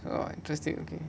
ah interesting okay